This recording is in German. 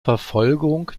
verfolgung